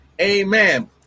Amen